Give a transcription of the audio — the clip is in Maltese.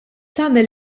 tagħmel